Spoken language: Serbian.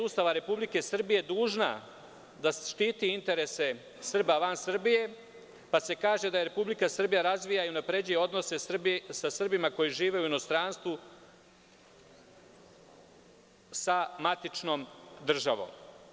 Ustava Republike Srbije dužna da štiti interese Srba van Srbije, pa se kaže da Republika Srbija razvija i unapređuje odnose Srbije sa Srbima koji žive u inostranstvu, odnosno sa matičnom državom.